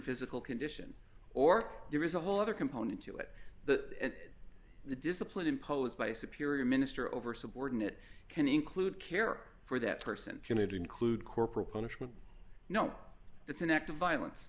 physical condition or there is a whole other component to it that the discipline imposed by a superior minister over subordinate can include care for that person can it include corporal punishment no that's an act of violence